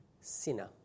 sinner